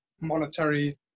monetary